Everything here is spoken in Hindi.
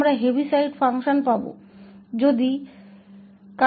हमें हीविसाइड फंक्शन मिलेगा